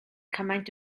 cymaint